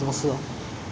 他现发什么事